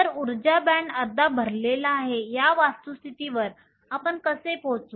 तर ऊर्जा बँड अर्धा भरलेला आहे या वस्तुस्थितीवर आपण कसे पोहोचू